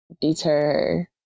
deter